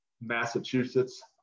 Massachusetts